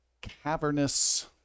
cavernous